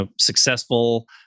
successful